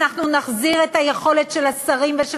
אנחנו נחזיר את היכולת של השרים ושל